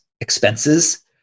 expenses